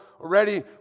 already